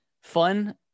fun